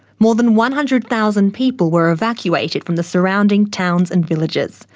more than one hundred thousand people were evacuated from the surrounding towns and villages.